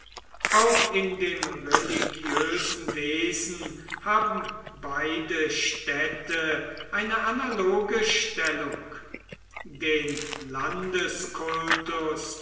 auch in dem religiösen wesen haben beide städte eine analoge stellung den